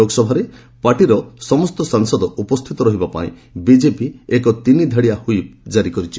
ଲୋକସଭାରେ ପାର୍ଟିର ସବୁ ସାଂସଦମାନେ ଉପସ୍ଥିତ ରହିବା ପାଇଁ ବିକେପି ଏକ ତିନିଧାଡ଼ିଆ ହ୍ୱିପ୍ ଜାରି କରିଛି